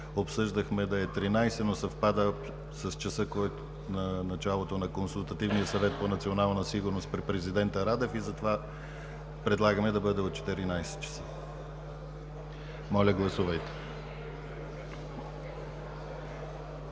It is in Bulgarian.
обсъждахме да е 13,00 ч., но съвпада с началото на Консултативния съвет по национална сигурност при президента Радев, затова предлагаме да бъде от 14,00 ч. Моля, гласувайте.